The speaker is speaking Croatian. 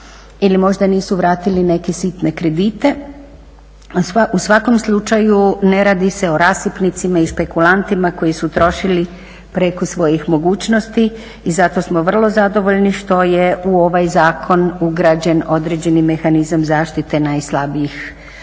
ili možda nisu vratili neke sitne kredite. U svakom slučaju ne radi se o rasipnicima i špekulantima koji su trošili preko svojih mogućnosti i zato smo vrlo zadovoljni što je u ovaj zakon ugrađen određeni mehanizam zaštite najslabijih,